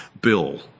bill